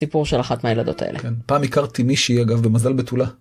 סיפור של אחת מהילדות האלה. פעם הכרתי מישהי אגב, במזל בתולה.